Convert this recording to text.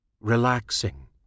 relaxing